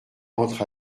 entre